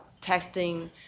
testing